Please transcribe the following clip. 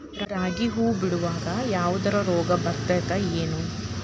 ರಾಗಿ ಹೂವು ಬಿಡುವಾಗ ಯಾವದರ ರೋಗ ಬರತೇತಿ ಏನ್?